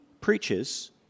preaches